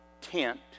tent